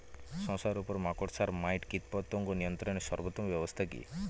শশার উপর মাকড়সা মাইট কীটপতঙ্গ নিয়ন্ত্রণের সর্বোত্তম ব্যবস্থা কি?